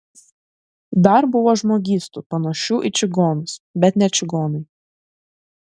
dar buvo žmogystų panašių į čigonus bet ne čigonai